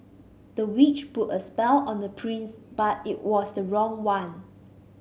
the witch put a spell on the prince but it was the wrong one